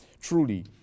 Truly